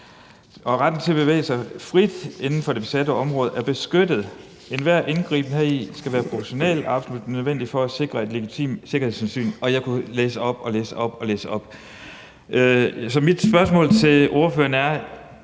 Retten til at bevæge sig frit indenfor det besatte område er beskyttet. Enhver indgriben heri skal være proportional og absolut nødvendig for at sikre et legitimt sikkerhedshensyn.« Jeg kunne blive ved med at læse op. Mit første spørgsmål til ordføreren er: